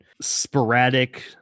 sporadic